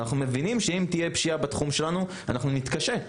ואנחנו מבינים שאם תהיה פשיעה בתחום שלנו אנחנו נתקשה.